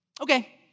Okay